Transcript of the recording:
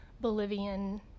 Bolivian